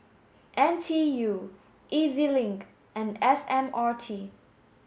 N T U E Z Link and S M R T